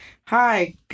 Hi